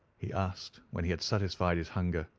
he asked, when he had satisfied his hunger.